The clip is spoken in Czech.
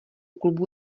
klubu